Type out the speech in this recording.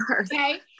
okay